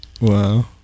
wow